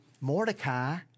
Mordecai